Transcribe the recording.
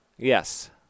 Yes